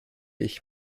ich